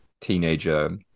teenager